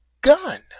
gun